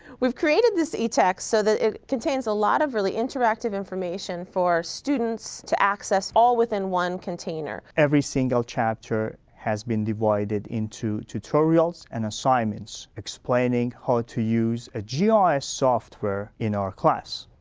we've created this etext so that it contains a lot of really interactive information for students to access all within one container. every single chapter has been divided into tutorials and assignments explaining how to use a gis software in our class.